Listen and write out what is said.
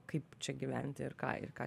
kaip čia gyventi ir ką ir ką